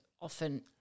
often